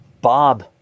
bob